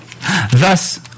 thus